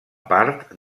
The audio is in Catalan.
part